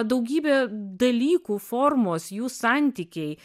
daugybė dalykų formos jų santykiai